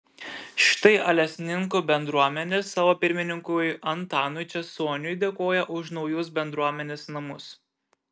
štai alesninkų bendruomenė savo pirmininkui antanui česoniui dėkoja už naujus bendruomenės namus